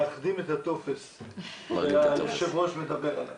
מאחדים את הטופס שהיושב-ראש מדבר עליו.